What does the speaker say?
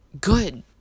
good